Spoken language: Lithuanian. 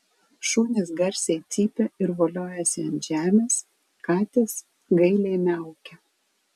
šunys garsiai cypia ir voliojasi ant žemės katės gailiai miaukia